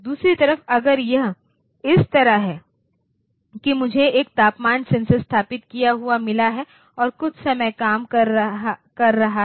दूसरी तरफ अगर यह इस तरह है कि मुझे एक तापमान सेंसर स्थापित किया हुआ मिला है और कुछ समय काम कर रहा है